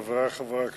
חברי חברי הכנסת,